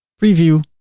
preview